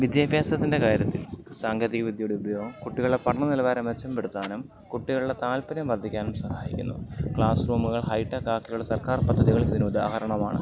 വിദ്യാഭ്യാസത്തിൻ്റെ കാര്യത്തിൽ സാങ്കേതിക വിദ്യയുടെ ഉപയോഗം കുട്ടികളെ പഠന നിലവാരം മെച്ചപ്പെടുത്താനും കുട്ടികളുടെ താല്പര്യം വർധിക്കാനും സഹായിക്കുന്നു ക്ളാസ് റൂമുകൾ ഹൈട്ടെക്കാക്കിയുള്ള സർക്കാർ പദ്ധതികൾ ഇതിന് ഉദാഹരണമാണ്